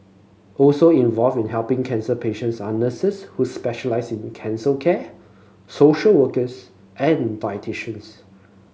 also involved in helping cancer patients are nurses who specialise in cancer care social workers and dietitians